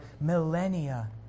millennia